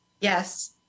Yes